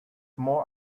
more